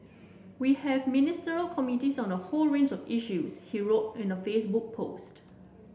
we have Ministerial Committees on a whole range of issues he wrote in a Facebook post